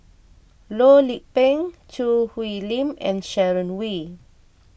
Loh Lik Peng Choo Hwee Lim and Sharon Wee